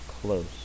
close